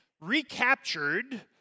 recaptured